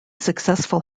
successful